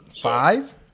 Five